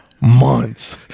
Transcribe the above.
months